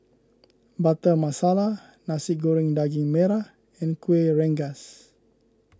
Butter Masala Nasi Goreng Daging Merah and Kueh Rengas